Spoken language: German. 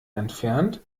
entfernt